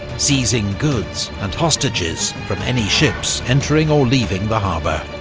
seizing goods, and hostages, from any ships entering or leaving the harbour.